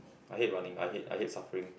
I hate running I hate I hate surfing